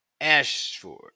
Ashford